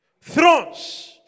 thrones